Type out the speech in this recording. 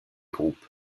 groupes